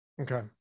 Okay